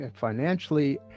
financially